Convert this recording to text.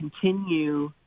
continue